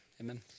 amen